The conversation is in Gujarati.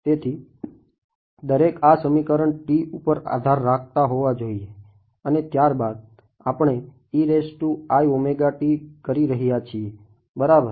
તેથી દરેક આ સમીકારણ t ઉપર આધાર રાખતા હોવા જોઈએ અને ત્યારબાદ આપણે કરી રહ્યા છીએ બરાબર